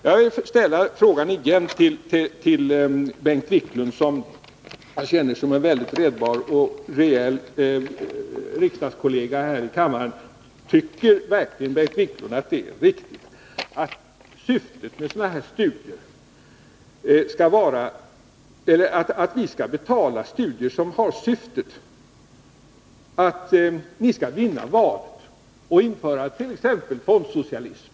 Jag vill än en gång ställa frågan till Bengt Wiklund, som jag känner som en mycket redbar och rejäl riksdagskollega: Tycker verkligen Bengt Wiklund att det är riktigt att vi skall betala studier som har syftet att ni skall vinna valet och t.ex. införa fondsocialism?